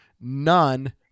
none